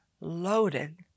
loaded